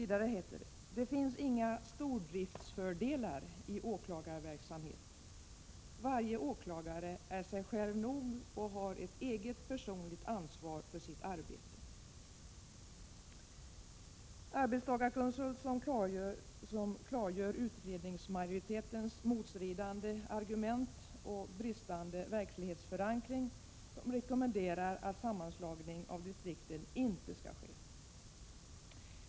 — Det finns inga stordriftsfördelar i åklagarverksamheten. Varje åklagare är sig själv nog och har ett eget personligt ansvar för sitt arbete. Arbetstagarkonsult som klargör utredningsmajoritetens motstridande argument och bristande verklighetsförankring rekommenderar att sammanslagning av distrikten inte skall ske.